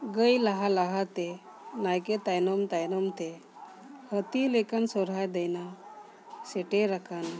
ᱜᱟᱹᱭ ᱞᱟᱦᱟ ᱞᱟᱦᱟᱛᱮ ᱱᱟᱭᱠᱮ ᱛᱟᱭᱱᱚᱢ ᱛᱟᱭᱱᱚᱢ ᱛᱮ ᱦᱟᱹᱛᱤ ᱞᱮᱠᱟᱱ ᱥᱚᱦᱨᱟᱭ ᱫᱟᱹᱭᱱᱟ ᱥᱮᱴᱮᱨᱟᱠᱟᱱᱟ